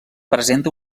presenta